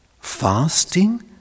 Fasting